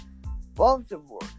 Baltimore